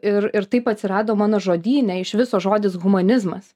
ir ir taip atsirado mano žodyne iš viso žodis humanizmas